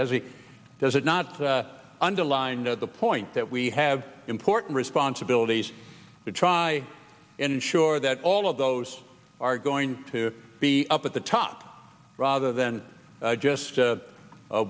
does he does it not underline at the point that we have important responsibilities to try and ensure that all of those are going to be up at the top rather than just a